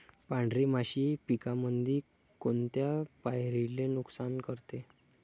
पांढरी माशी पिकामंदी कोनत्या पायरीले नुकसान करते?